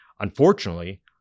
Unfortunately